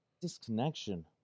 disconnection